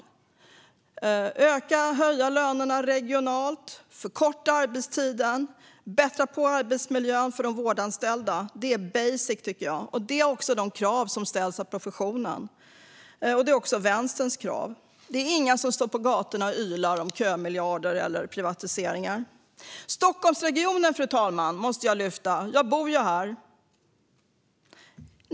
Det handlar om att höja lönerna regionalt, förkorta arbetstiden och bättra på arbetsmiljön för de vårdanställda. Det är basic, och det är också de krav som ställs av professionen. Det är även Vänsterns krav. Det är ingen som står på gatorna och ylar om kömiljarder eller privatiseringar. Fru talman! Jag måste lyfta fram Stockholmsregionen, för jag bor ju här.